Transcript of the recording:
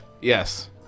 Yes